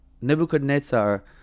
nebuchadnezzar